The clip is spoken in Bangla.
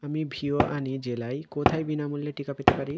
আমি ভিওয়ানি জেলায় কোথায় বিনামূল্যে টিকা পেতে পারি